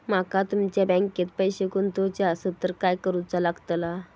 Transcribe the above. माका तुमच्या बँकेत पैसे गुंतवूचे आसत तर काय कारुचा लगतला?